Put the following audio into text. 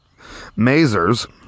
Mazers